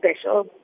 special